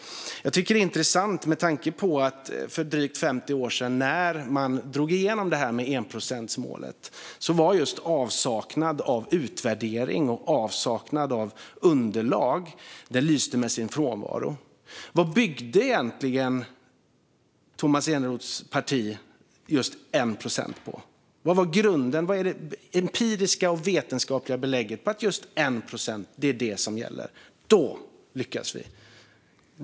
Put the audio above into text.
Jag tycker att det är intressant med tanke på att just utvärderingar och underlag lyste med sin frånvaro när enprocentsmålet drevs igenom för drygt 50 år sedan. Vad byggde egentligen Tomas Eneroths parti just 1 procent på? Vad var grunden? Vad är det empiriska och vetenskapliga belägget för att just 1 procent är det som gäller och att det är då vi lyckas?